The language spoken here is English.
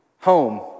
home